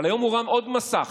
אבל היום הורם עוד מסך.